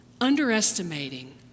underestimating